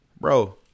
Bro